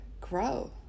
grow